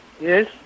Yes